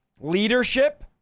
leadership